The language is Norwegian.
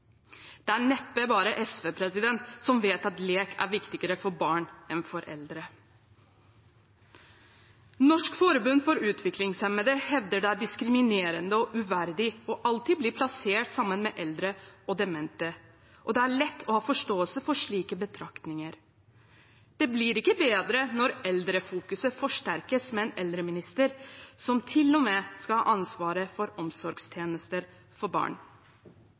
Det er neppe bare SV som vet at lek er viktigere for barn enn for eldre. Norsk Forbund for Utviklingshemmede hevder at det er diskriminerende og uverdig alltid å bli plassert sammen med eldre og demente, og det er lett å ha forståelse for slike betraktninger. Det blir ikke bedre når eldrefokuset forsterkes med en eldreminister som til og med skal ha ansvaret for omsorgstjenester for barn.